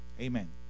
Amen